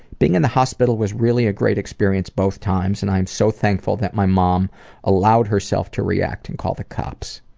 being in the hospital was really a great experience both times and i am so thankful that my mom allowed herself to react and call the cops.